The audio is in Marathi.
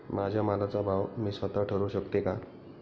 माझ्या मालाचा भाव मी स्वत: ठरवू शकते का?